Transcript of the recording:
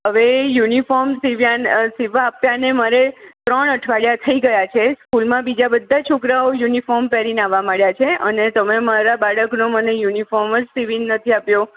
અવે યુનિફોર્મ સિવયા સિવયા આપ્યાને મારે ત્રણ અઠવાડિયા થઈ ગયા છે સ્કૂલમાં બીજા બધા છોકરાઓ યુનિફોર્મ પેહરીને આવવા માંડ્યા છે અને તમે મારા બાળકનો મને યુનિફોર્મ જ સીવી નથી આપ્યો